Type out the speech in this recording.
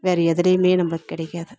வேற எதுலேயுமே நமக்கு கிடைக்காது